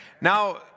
Now